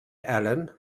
allen